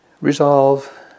Resolve